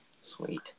Sweet